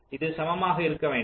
இது சமமாக இருக்க வேண்டும்